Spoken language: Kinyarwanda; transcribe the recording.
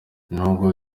nubwo